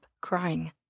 crying